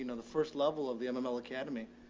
the first level of the and mml academy.